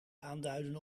aanduiden